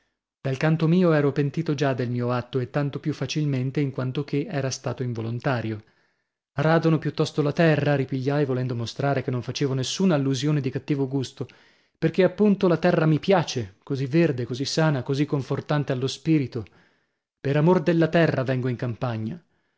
dal canto mio ero pentito già del mio atto e tanto più facilmente in quanto che era stato involontario radono piuttosto la terra ripigliai volendo mostrare che non facevo nessuna allusione di cattivo gusto perchè appunto la terra mi piace così verde così sana così confortante allo spirito per amor della terra vengo in campagna